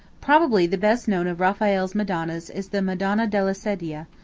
probably the best known of raphael's madonnas is the madonna della sedia,